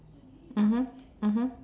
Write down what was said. mmhmm mmhmm